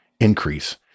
increase